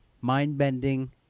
mind-bending